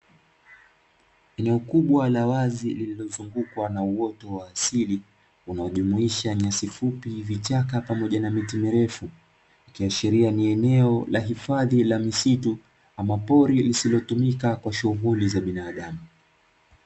Eneo kubwa la wazi lililozungukwa na uoto wa asili unaojumuisha nyasi fupi, vichaka, pamoja na miti mirefu ikiashiria ni eneo la hifadhi la misitu, ama pori lisilotumika kwa shughuli za binadamu.